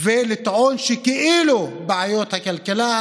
ולטעון שכאילו בעיות הכלכלה,